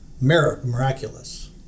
miraculous